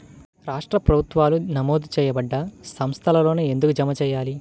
రాష్ట్ర ప్రభుత్వాలు నమోదు చేయబడ్డ సంస్థలలోనే ఎందుకు జమ చెయ్యాలి?